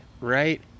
right